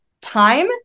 time